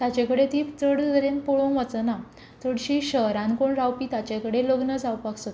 ताचे कडेन ती चड पळोवंक वचना चडशीं शहरान कोण रावपी ताचे कडेन लग्न जावपाक सोदता